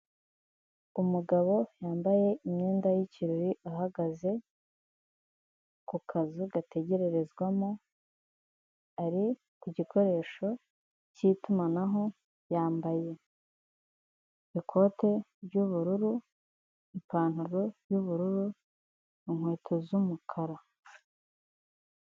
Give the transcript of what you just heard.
Umugabo yambaye imyenda y'ikirori ahagaze ku kazu gategerezwamo ari ku gikoresho cy'itumanaho yambaye ikote ry'ubururu, ipantaro y'ubururu, inkweto z'umukara.